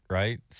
right